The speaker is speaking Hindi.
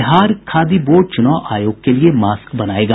बिहार खादी बोर्ड चूनाव आयोग के लिए मास्क बनायेगा